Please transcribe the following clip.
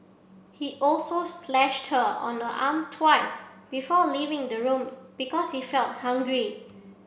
he also slashed her on the arm twice before leaving the room because he felt hungry